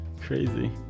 Crazy